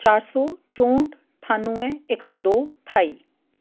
चार सौ चौंह्ठ ठानुऐ इक सौ दो ठाई